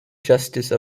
justice